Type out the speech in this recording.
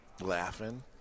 Laughing